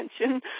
attention